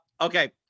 okay